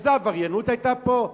איזו עבריינות היתה פה?